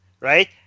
right